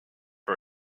for